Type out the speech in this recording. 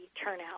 turnout